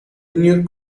junior